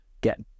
get